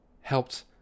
helped